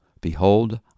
Behold